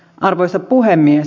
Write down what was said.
arvoisa puhemies